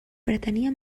pretenia